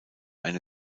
eine